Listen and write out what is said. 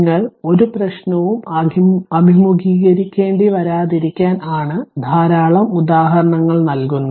നിങ്ങൾ ഒരു പ്രശ്നവും അഭിമുഖികരിക്കേണ്ടി വരാതിരിക്കാൻ ആണ് ധാരാളം ഉദാഹരണങ്ങൾ നൽകുന്നത്